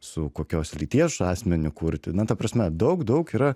su kokios lyties asmeniu kurti na ta prasme daug daug yra